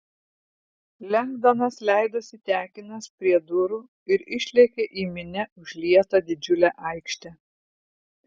lengdonas leidosi tekinas prie durų ir išlėkė į minia užlietą didžiulę aikštę